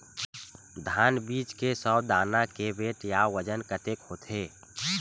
धान बीज के सौ दाना के वेट या बजन कतके होथे?